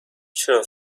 چرا